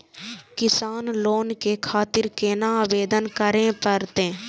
किसान लोन के खातिर केना आवेदन करें परतें?